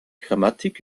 grammatik